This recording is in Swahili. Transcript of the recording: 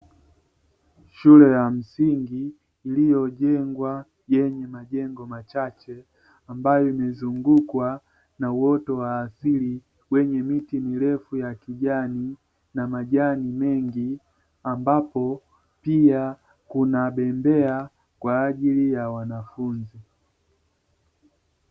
Shule ya msingi iliyojengwa, yenye majengo machache ambayo imezungukwa na uoto wa asili wenye miti mirefu ya kijani na majani mengi ambapo pia kuna bembea kwa ajili ya wanafunzi.